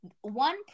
one